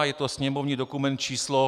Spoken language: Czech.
Je to sněmovní dokument číslo 151.